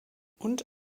und